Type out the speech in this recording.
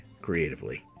creatively